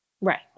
right